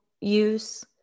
use